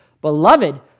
Beloved